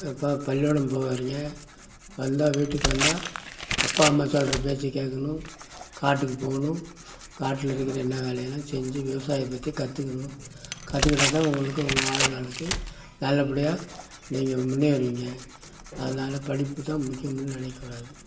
எப்பா பள்ளிக்கூடம் போறிங்க வந்தா வீட்டுக்கு வந்தா அப்பா அம்மா சொல்கிற பேச்சை கேட்கணும் காட்டுக்கு போவணும் காட்டில் இருக்கிற என்ன வேலையெல்லாம் செஞ்சு விவசாயம் பற்றி கற்றுக்கணும் கற்றுக்கிட்டா தான் உங்களுக்கும் உங்கள் வாழ்நாளைக்கு நல்லபடியாக நீங்கள் முன்னேறுவிங்க அதனால் படிப்பு தான் முக்கியமுன்னு நினைக்கக்கூடாது